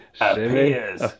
appears